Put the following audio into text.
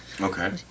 Okay